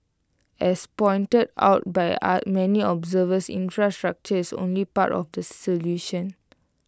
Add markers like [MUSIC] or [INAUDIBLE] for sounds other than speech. as pointed out by [NOISE] many observers infrastructure is only part of the solution